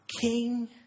king